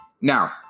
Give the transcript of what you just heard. Now